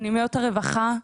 פנימיות הרווחה,